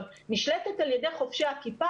נשלטת על ידי חובשי הכיפה,